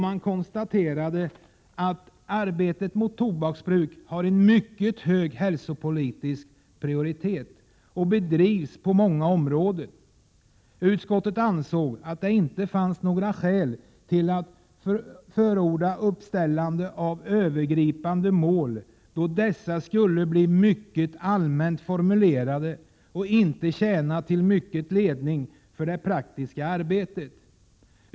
Man konstaterade då att arbetet mot tobaksbruket har en mycket hög hälsopolitisk prioritet och bedrivs på många områden. Utskottet ansåg att det inte fanns några skäl till att förorda uppställandet av övergripande mål, eftersom dessa skulle bli mycket allmänt formulerade och inte tjäna till mycket ledning för det praktiska arbetet.